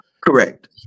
Correct